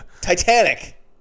Titanic